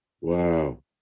Wow